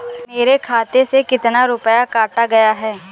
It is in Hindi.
मेरे खाते से कितना रुपया काटा गया है?